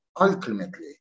Ultimately